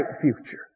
future